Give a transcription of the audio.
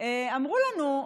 אמרו לנו: